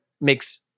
makes